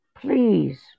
Please